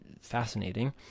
fascinating